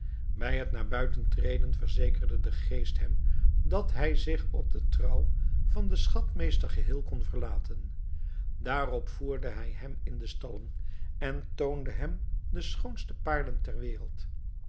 bij het naar buiten treden verzekerde de geest hem dat hij zich op den trouw van den schatmeester geheel kon verlaten daarop voerde hij hem in de stallen en toonde hem de schoonste paarden ter wereld